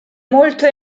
molto